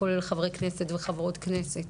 כולל חברי הכנסת וחברות הכנסת.